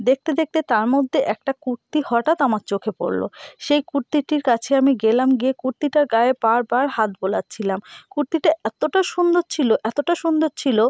দেখতে দেখতে তার মধ্যে একটা কুর্তি হটাৎ আমার চোখে পড়লো সেই কুর্তিটির কাছে আমি গেলাম গিয়ে কুর্তিটার গায়ে বার বার হাত বোলাচ্ছিলাম কুর্তিটা এতোটা সুন্দর ছিলো এতোটা সুন্দর ছিলো